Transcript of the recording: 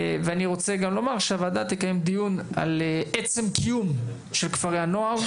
אני רוצה גם לומר שהוועדה תקיים דיון על עצם קיום של כפרי הנוער,